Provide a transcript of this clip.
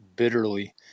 Bitterly